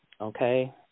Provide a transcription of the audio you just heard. okay